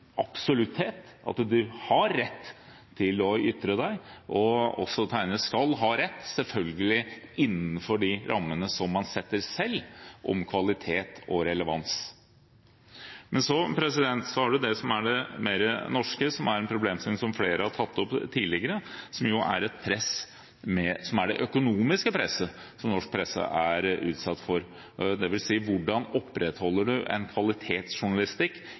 – at du har rett til å ytre deg. Også tegnere skal ha rett, selvfølgelig innenfor de rammene som man setter selv for kvalitet og relevans. Men så har man det som er det mer norske, som er en problemstilling som flere har tatt opp tidligere, som er det økonomiske presset som norsk presse er utsatt for, dvs.: Hvordan opprettholder man en kvalitetsjournalistikk